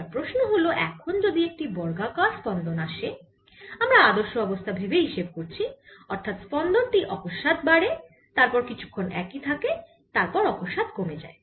তাহলে প্রশ্ন হল এখন যদি একটি বর্গাকার স্পন্দন আসে আমরা আদর্শ অবস্থা ভেবেই হিসেব করছি অর্থাৎ স্পন্দন টি অকস্মাৎ বাড়ে তারপর কিছুক্ষন একই থেকে তারপর অকস্মাৎ কমে যায়